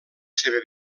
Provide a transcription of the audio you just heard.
seva